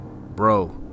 bro